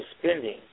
spending